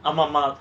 ஆமா மா:aama ma